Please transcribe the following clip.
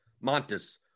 Montes